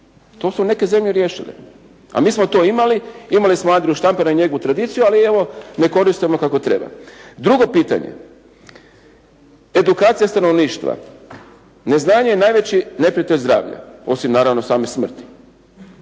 To su neke zemlje riješile. A mi smo to imali. Imali smo Andriju Štampara i njegovu tradiciju ali evo ne koristimo kako treba. Drugo pitanje. Edukacija stanovništva, neznanje je najveći neprijatelj zdravlja, osim naravno same smrti.